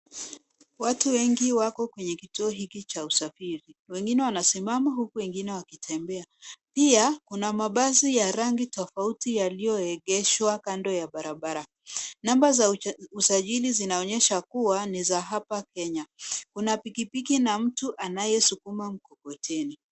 Watu wengi wako kwenye kituo hiki cha usafiri. Wengine wanasimama huku wengine wakitembea. Pia ,kuna mabasi ya rangi tofauti yaliyoegeshwa kando ya barabara. Namba za usajili zinaonyesha kuwa ni za hapa Kenya. Kuna pikipiki na mtu anayesukuma mkokoteni.